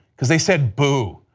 because they said boo?